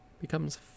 becomes